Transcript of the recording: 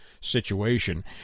situation